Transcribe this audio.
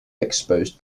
exposed